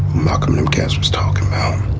malcolm lucasarts talk about